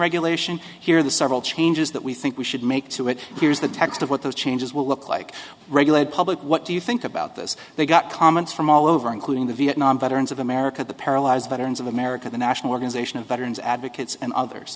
regulation here the several changes that we think we should make to it here's the text of what those changes will look like regulate public what do you think about this they got comments from all over including the vietnam veterans of america the paralyzed veterans of america the national organization of veterans advocates and others